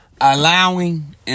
allowing